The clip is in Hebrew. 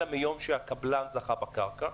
אלא מיום שהקבלן זכה בקרקע,